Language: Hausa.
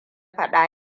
faɗa